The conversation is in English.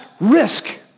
risk